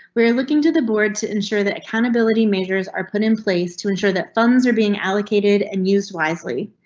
we are looking to the board to ensure that accountability measures are put in place to ensure that funds are being allocated an used wisely.